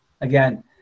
Again